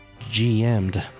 GM'd